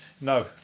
No